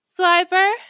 Swiper